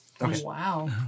Wow